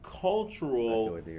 cultural